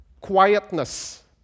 quietness